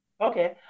okay